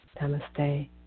Namaste